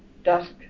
dusk